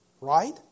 Right